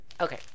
Okay